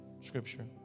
scripture